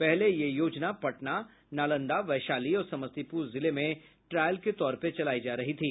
पहले यह योजना पटना नालंदा वैशाली और समस्तीपुर जिले में ट्रायल के तौर पर चलायी जा रही थी